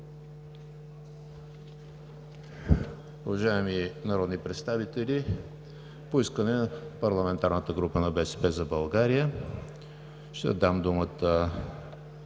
Уважаеми народни представители, по искане на парламентарната група на „БСП за България“, ще дам думата